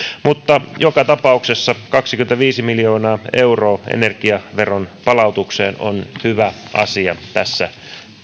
mutta joka tapauksessa kaksikymmentäviisi miljoonaa euroa energiaveron palautukseen on hyvä asia tässä